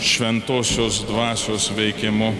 šventosios dvasios veikimu